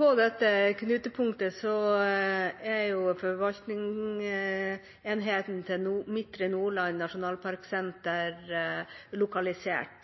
På dette knutepunktet er forvaltningsenheten til Nordland nasjonalparksenter lokalisert.